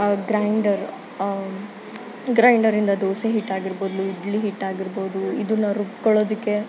grinder ಗ್ರೈಂಡರಿಂದ ದೋಸೆ ಹಿಟ್ಟಾಗಿರ್ಬೋದು ಇಡ್ಲಿ ಹಿಟ್ಟಾಗಿರ್ಬೋದು ಇದನ್ನ ರುಬ್ಕೊಳ್ಳೋದಕ್ಕೆ